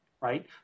right